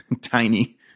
tiny